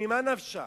ממה נפשך?